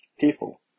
people